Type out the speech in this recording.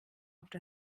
oft